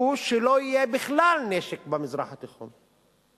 הוא שלא יהיה בכלל נשק במזרח התיכון.